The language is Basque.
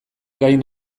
gain